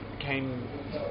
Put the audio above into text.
came